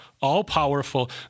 all-powerful